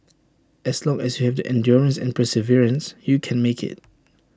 as long as you have the endurance and perseverance you can make IT